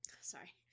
sorry